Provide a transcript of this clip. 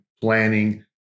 planning